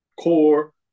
core